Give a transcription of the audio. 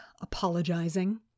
apologizing